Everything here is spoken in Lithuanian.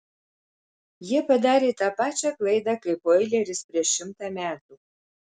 jie padarė tą pačią klaidą kaip oileris prieš šimtą metų